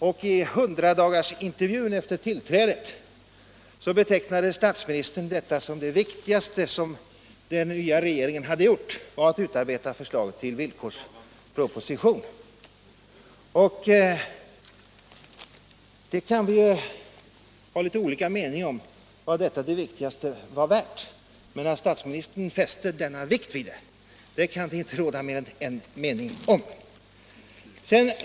I 100-dagarsintervjun i TV efter tillträdet betecknade statsministern det som det viktigaste som den nya regeringen hade gjort att utarbeta förslaget till villkorsproposition. Vi kan ha olika meningar om vad ”det viktigaste” var värt. Men att statsministern fäste stor vikt vid den kan det inte råda mer än en mening om.